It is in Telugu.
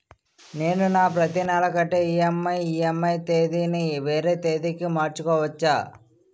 నేను నా ప్రతి నెల కట్టే ఈ.ఎం.ఐ ఈ.ఎం.ఐ తేదీ ని వేరే తేదీ కి మార్చుకోవచ్చా?